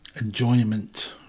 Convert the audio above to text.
enjoyment